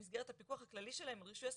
במסגרת הפיקוח הכללי שלהן ברישוי עסקים,